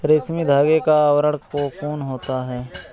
रेशमी धागे का आवरण कोकून होता है